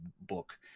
book